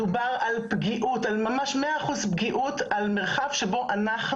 מדובר על פגיעות על ממש 100% פגיעות על מרחב שבו אנחנו